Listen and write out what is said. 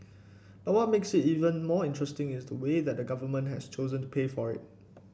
but what makes it even more interesting is the way the Government has chosen to pay for it